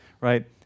right